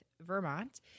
Vermont